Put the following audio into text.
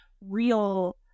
real